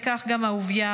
וכך גם אהוביה,